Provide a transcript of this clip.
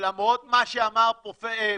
למרות מה שאמר פרופ'